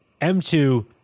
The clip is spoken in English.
M2